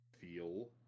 feel